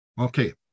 Okay